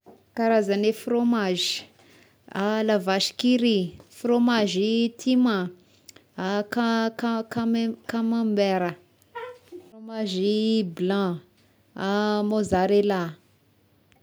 Karazagne frômazy: la vache qui rit, frômazy timà, ka- ka- kam-kamambera, frômazy blanc, mozarella.